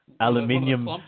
aluminium